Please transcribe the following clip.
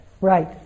Right